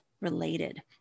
related